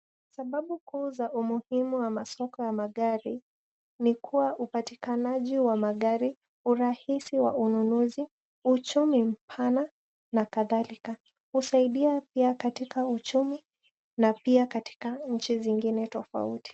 Sababu kuu za umuhimu wa masoko ya magari ni kuwa upatikanaji wa magari, urahisi wa ununuzi, uchumi mpana na kadhalika. Husaidia pia katika uchumi na pia katika nchi zingine tofauti.